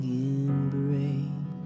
embrace